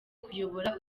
kuyobora